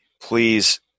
Please